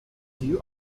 few